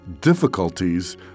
difficulties